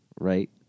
right